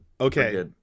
okay